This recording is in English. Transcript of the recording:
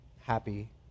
happy